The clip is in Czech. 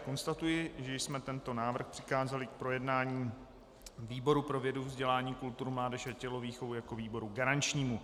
Konstatuji, že jsem tento návrh přikázali k projednání výboru pro vědu, vzdělání, kulturu, mládež a tělovýchovu jako výboru garančnímu